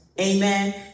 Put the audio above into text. amen